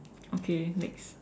okay next